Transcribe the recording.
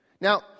Now